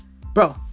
bro